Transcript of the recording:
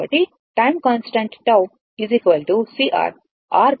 time constant τ C R RThevenin C RThevenin